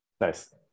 Nice